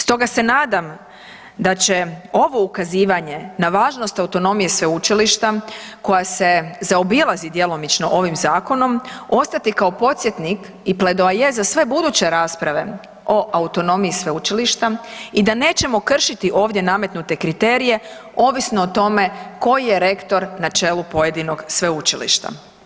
Stoga se nadam da će ovo ukazivanje na važnost autonomije sveučilišta koja se zaobilazi djelomično ovim zakonom ostati kao posjetnik i pledoaje za sve buduće rasprave o autonomiji sveučilišta i da nećemo kršiti ovdje nametnute kriterije ovisno o tome koji je rektor na čelu pojedinog sveučilišta.